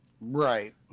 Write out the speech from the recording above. right